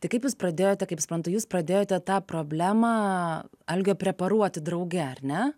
tai kaip jūs pradėjote kaip suprantu jūs pradėjote tą problemą algio preparuoti drauge ar ne